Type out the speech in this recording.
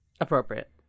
appropriate